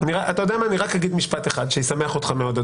רק אגיד משפט אחד שישמח אותך מאוד,